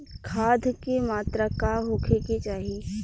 खाध के मात्रा का होखे के चाही?